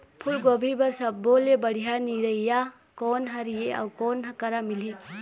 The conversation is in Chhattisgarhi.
फूलगोभी बर सब्बो ले बढ़िया निरैया कोन हर ये अउ कोन करा मिलही?